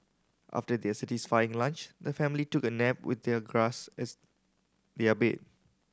after their satisfying lunch the family took a nap with their grass as their bed